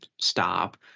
stop